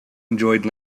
enjoyed